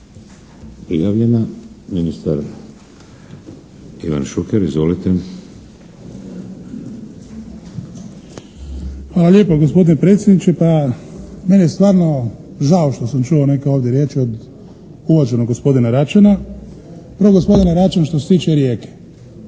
prijavljena. Ministar Ivan Šuker izvolite. **Šuker, Ivan (HDZ)** Hvala lijepo gospodine predsjedniče. Pa meni je stvarno žao što sam čuo neke ovdje riječi od uvaženog gospodina Račana. Prvo gospodine Račan što se tiče Rijeke,